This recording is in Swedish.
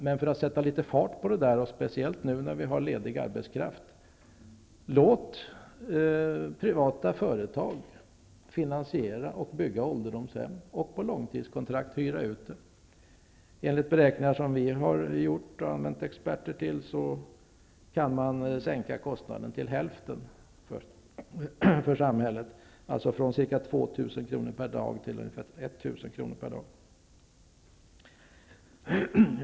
Men för att sätta litet fart, speciellt nu när vi har ledig arbetskraft, bör man låta privata företag finansiera och bygga ålderdomshem och på långtidskontrakt hyra ut dem. Enligt beräkningar som vi har gjort, med hjälp av experter, kan man sänka kostnaden för samhället till hälften, alltså från ca 2 000 kr. per dag för en vårdplats till ca 1 000 kr. per dag.